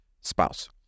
spouse